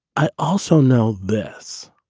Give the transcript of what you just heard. i also know this.